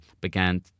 began